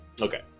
Okay